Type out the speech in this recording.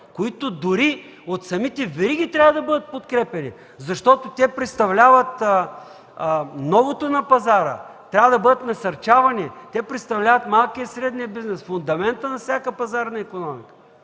които дори от самите вериги трябва да бъдат подкрепяни, защото представляват новото на пазара, трябва да бъдат насърчавани, представляват малкия и средния бизнес, фундамента на всяка пазарна икономика